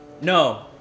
No